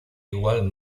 igual